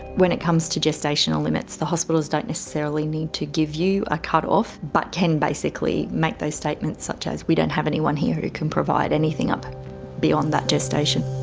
when it comes to gestational limits the hospitals don't necessarily need to give you a cutoff but can basically make those statements such as we don't have anyone here who can provide anything up beyond that gestation.